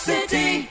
City